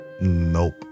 Nope